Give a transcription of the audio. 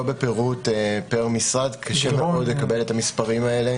לא בפירוט פר מספר קשה מאוד לקבל את המספרים האלה